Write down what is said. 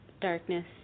darkness